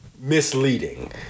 misleading